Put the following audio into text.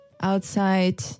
outside